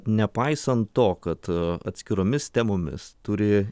nepaisant to kad atskiromis temomis turi